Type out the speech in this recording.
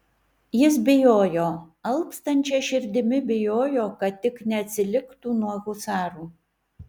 jis bijojo alpstančia širdimi bijojo kad tik neatsiliktų nuo husarų